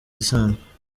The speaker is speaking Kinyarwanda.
isanzwe